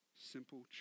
Simple